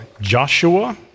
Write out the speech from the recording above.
Joshua